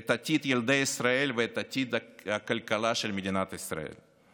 את עתיד ילדי ישראל ואת עתיד הכלכלה של מדינת ישראל.